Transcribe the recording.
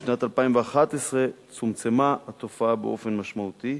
בשנת 2011 צומצמה התופעה באופן משמעותי,